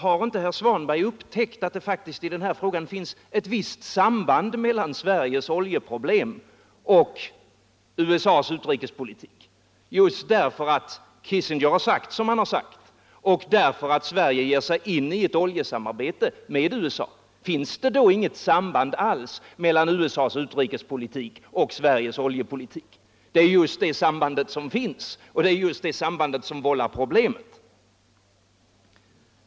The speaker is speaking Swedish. Har inte herr Svanberg upptäckt att det faktiskt i den här frågan finns ett visst samband mellan Sveriges oljeproblem och USA:s utrikespolitik, just därför att Kissinger har sagt som han sagt och därför att Sverige ger sig in i ett oljesamarbete med USA? Finns det då inget samband alls mellan USA:s utrikespolitik och Sveriges oljepolitik? Jo, det är just det sambandet som finns, och det är just det sambandet som vållar problemen.